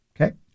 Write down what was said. Okay